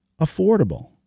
affordable